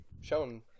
shown